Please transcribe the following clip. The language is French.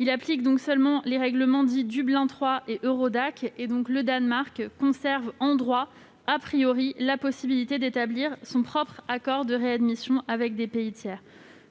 Il applique uniquement les règlements dits Dublin III et Eurodac, et conserve donc, en droit,, la possibilité d'établir son propre accord de réadmission avec des pays tiers.